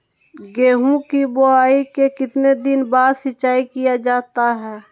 गेंहू की बोआई के कितने दिन बाद सिंचाई किया जाता है?